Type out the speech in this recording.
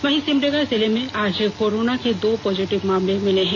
वहीं सिमडेगा जिले में आज कोरोना के दो पॉजिटिव मामले मिले हैं